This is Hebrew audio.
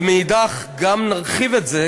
ומאידך גם נרחיב את זה,